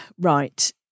right